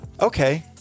okay